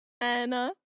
Anna